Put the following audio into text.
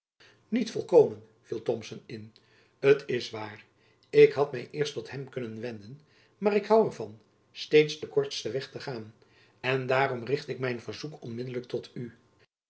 niet volkomen viel thomson in het is waar ik had my eerst tot hem kunnen wenden maar ik hoû er van steeds den kortsten weg te gaan en daarom richt ik mijn verzoek onmiddelijk tot u